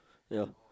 ya